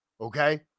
okay